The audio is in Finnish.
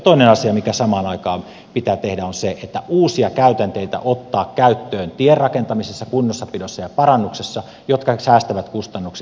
toinen asia mikä samaan aikaan pitää tehdä on ottaa käyttöön teiden rakentamisessa kunnossapidossa ja parannuksessa uusia käytänteitä jotka säästävät kustannuksia